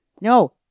No